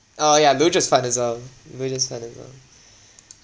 oh ya luge is fun as well luge is fun and all